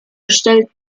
gestellt